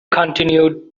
continued